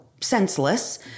senseless